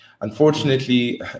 Unfortunately